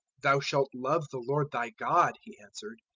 thou shalt love the lord thy god he answered,